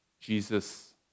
Jesus